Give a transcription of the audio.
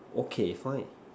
okay fine